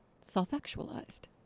self-actualized